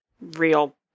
Real